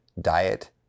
diet